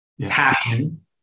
passion